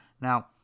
Now